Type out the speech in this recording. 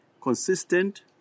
Consistent